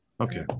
Okay